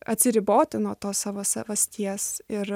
atsiriboti nuo tos savo savasties ir